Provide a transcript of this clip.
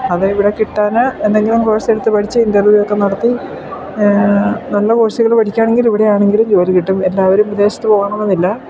അത് ഇവിടെ കിട്ടാൻ എന്തെങ്കിലും കോഴ്സ് എടുത്തു പഠിച്ചു ഇൻ്റർവ്യൂ ഒക്കെ നടത്തി നല്ല കോഴ്സുകൾ പഠിക്കുകയാണെങ്കിൽ ഇവിടെ ആണെങ്കിലും ജോലി കിട്ടും എല്ലാവരും വിദേശത്ത് പോകണമെന്നില്ല